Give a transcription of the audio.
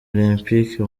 olempike